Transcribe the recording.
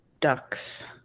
ducks